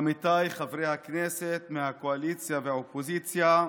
עמיתיי חברי הכנסת מהקואליציה והאופוזיציה,